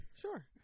Sure